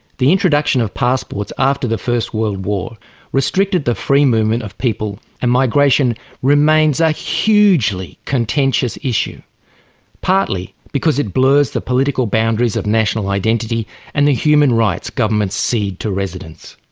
the introduction of passports after the first world war restricted the free movement of people and migration remains a hugely contentious issue partly because it blurs the political boundaries of national identity and the human rights government seed to residence.